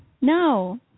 No